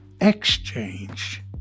exchange